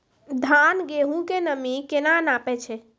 धान, गेहूँ के नमी केना नापै छै?